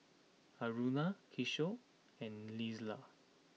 Aruna Kishore and Neila